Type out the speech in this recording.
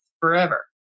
forever